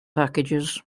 packages